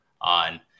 on